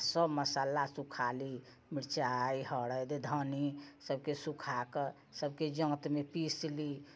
आओर सभ मसल्ला सूखा ली मिरचाई हरैद धनी सभके सुखा कऽ सभके जाँतमे पीस ली